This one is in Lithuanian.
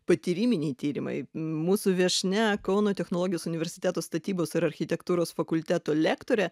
patyriminiai tyrimai mūsų viešnia kauno technologijos universiteto statybos ir architektūros fakulteto lektorė